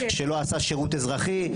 שלא עשה שירות אזרחי,